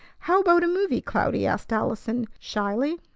how about a movie, cloudy? asked allison shyly.